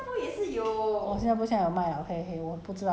orh 他去日本买